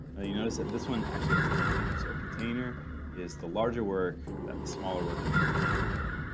and you notice that this one actually has a container, so a container is the larger work that the smaller work is contained within,